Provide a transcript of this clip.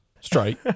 straight